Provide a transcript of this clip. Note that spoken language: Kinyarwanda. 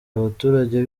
abaturage